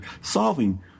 solving